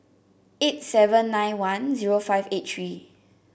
eight seven nine one zero five eight three